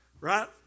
right